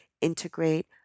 integrate